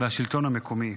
והשלטון המקומי.